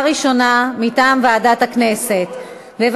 מטעם ועדת הכנסת, קריאה ראשונה.